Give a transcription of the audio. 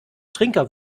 trinker